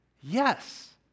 Yes